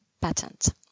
patent